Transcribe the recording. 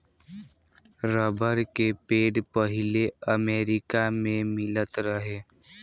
rubber के पेड़ पहिले अमेरिका मे मिलत रहे